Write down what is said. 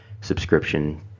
subscription